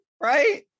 Right